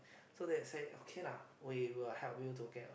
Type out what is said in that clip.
so they say okay lah we will help you to get